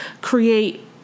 create